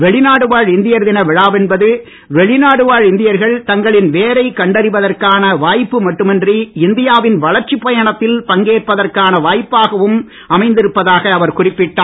வெளிநாடு வாழ் இந்தியர் தின விழாவென்பது வெளிநாடு வாழ் இந்தியர்கள் தங்களின் வேரை கண்டடைவதற்கான வாய்ப்பு மட்டுமின்றி இந்தியாவின் வளர்ச்சிக் கதையில் பங்கேற்பதற்கான வாய்ப்பாகவும் அமைந்திருப்பதாக அவர் குறிப்பிட்டார்